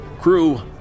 Crew